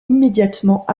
immédiatement